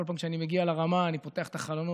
בכל פעם כשאני מגיע לרמה אני פותח את החלונות,